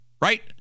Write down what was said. right